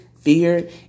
fear